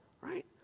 right